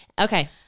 Okay